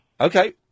Okay